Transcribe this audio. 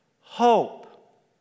hope